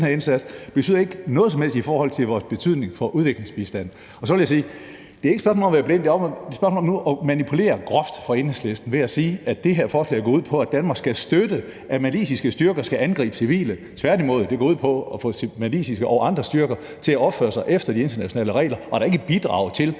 betyder ikke noget som helst i forhold til udviklingsbistanden. Jeg vil så sige, at det ikke er et spørgsmål om at være blind, men at det er et spørgsmål om nu at manipulere groft fra Enhedslistens side ved at sige, at det her forslag går ud på, at Danmark skal støtte, at maliske styrker skal angribe civile. Tværtimod, det går ud på at få maliske og andre styrker til at opføre sig efter de internationale regler og da ikke at bidrage til